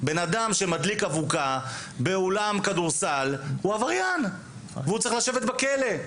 בן אדם שמדליק אבוקה באולם כדורסל הוא עבריין והוא צריך לשבת בכלא,